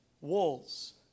walls